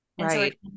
right